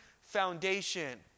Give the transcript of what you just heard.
foundation